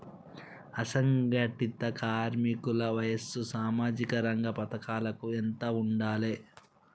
అసంఘటిత కార్మికుల వయసు సామాజిక రంగ పథకాలకు ఎంత ఉండాలే?